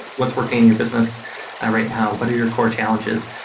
what's working in your business ah right now? what are your core challenges?